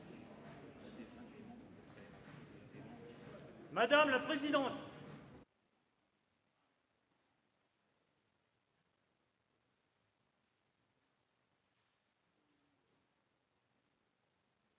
Madame la présidente,